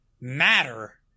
Matter